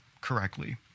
correctly